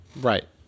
Right